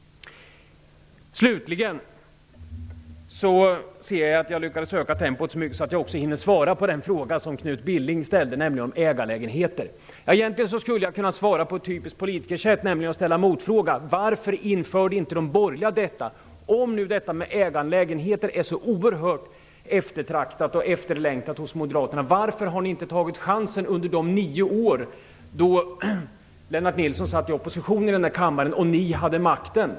Slutligen ser jag att jag lyckades öka tempot så mycket att jag också hinner svara på den fråga som Knut Billing ställde om ägarlägenheten. Egentligen skulle jag kunna svara på ett typiskt politikersätt, nämligen genom att ställa en motfråga: Varför införde inte de borgerliga detta, om nu detta med ägarlägenheter är så eorhört eftertraktat och efterlängtat hos moderaterna? Varför har ni inte tagit chansen under de nio år då Lennart Nilsson satt i opposition i denna kammare och ni hade makten?